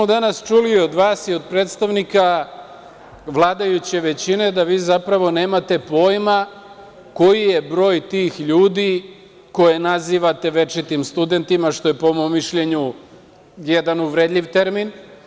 Danas smo čuli od vas i od predstavnika vladajuće većine da vi zapravo nemate pojma koji je broj tih ljudi koje nazivate večitim studentima, što je po mom mišljenju jedan uvredljiv termin.